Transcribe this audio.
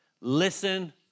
Listen